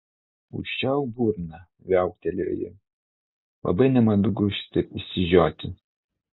užčiaupk burną viauktelėjo ji labai nemandagu šitaip išsižioti